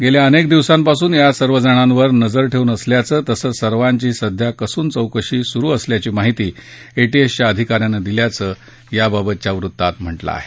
गेल्या अनेक दिवसांपासून या सर्वजणांवर नजर ठेऊन असल्याचं तसंच सर्वांची सध्या कसून चौकशी सुरू असल्याची माहिती एटीएसच्या अधिकाऱ्यानं दिल्याचं याबाबतच्या वृत्तात म्हटलं आहे